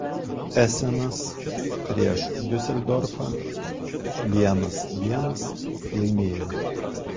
esenas prieš diuseldorfą vienas vienas laimėjau